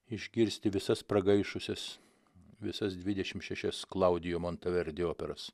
išgirsti visas pragaišusias visas dvidešim šešias klaudijo monteverdi operas